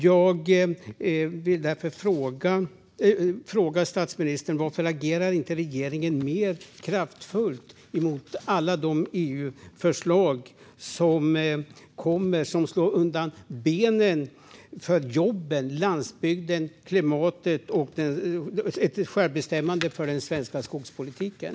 Jag vill därför fråga statsministern: Varför agerar inte regeringen mer kraftfullt mot alla de EU-förslag som kommer, som slår undan benen för jobben, landsbygden, klimatet och självbestämmandet i fråga om den svenska skogspolitiken?